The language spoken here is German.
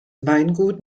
weingut